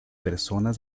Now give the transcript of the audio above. personas